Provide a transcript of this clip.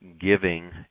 giving